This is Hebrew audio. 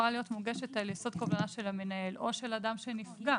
המנהל רשאי,